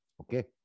Okay